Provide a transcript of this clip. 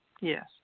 Yes